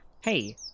hey